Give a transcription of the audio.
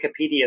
Wikipedia